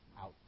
out